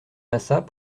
massat